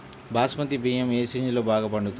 బాస్మతి బియ్యం ఏ సీజన్లో బాగా పండుతుంది?